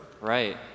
Right